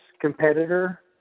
competitor